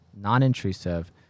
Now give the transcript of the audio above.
non-intrusive